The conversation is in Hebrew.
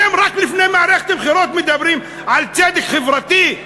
אתם רק לפני מערכת בחירות מדברים על צדק חברתי.